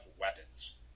weapons